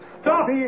Stop